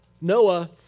Noah